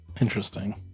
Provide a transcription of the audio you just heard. Interesting